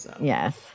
Yes